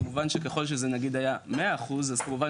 כמובן שככל שזה נגיד היה 100% אז כמובן